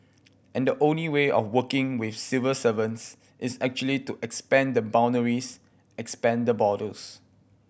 and the only way of working with civil servants is actually to expand the boundaries expand the borders